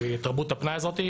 בתרבות הפנאי הזאת.